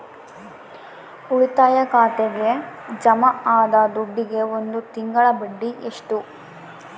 ಉಳಿತಾಯ ಖಾತೆಗೆ ಜಮಾ ಆದ ದುಡ್ಡಿಗೆ ಒಂದು ತಿಂಗಳ ಬಡ್ಡಿ ಎಷ್ಟು?